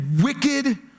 wicked